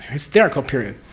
hysterical period.